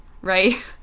right